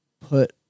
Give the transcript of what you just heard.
Put